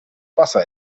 wasser